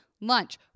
lunch